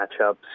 matchups